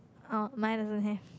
uh mine doesn't have